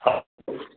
हाँ